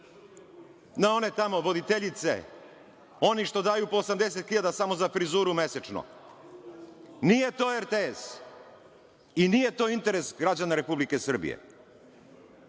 na one tamo voditeljice, one što daju po 80.000 samo za frizuru mesečno. Nije to RTS i nije to interes građana Republike Srbije.